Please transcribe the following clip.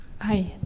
Hi